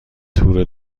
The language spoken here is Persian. تور